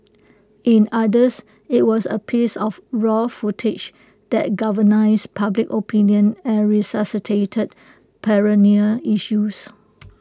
in others IT was A piece of raw footage that galvanised public opinion and resuscitated perennial issues